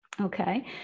okay